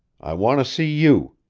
i want to see you,